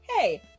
hey